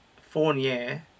Fournier